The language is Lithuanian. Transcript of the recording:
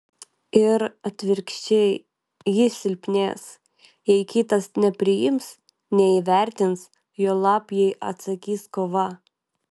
ir atvirkščiai ji silpnės jei kitas nepriims neįvertins juolab jei atsakys kova